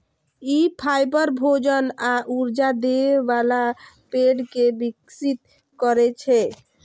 ई fibre, भोजन आ ऊर्जा दै बला पेड़ कें विकसित करै छै